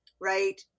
right